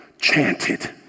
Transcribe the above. chanted